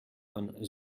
von